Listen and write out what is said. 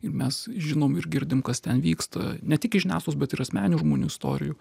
ir mes žinom ir girdim kas ten vyksta ne tik iš žiniasklaidos bet ir asmeninių žmonių istorijų